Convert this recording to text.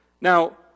Now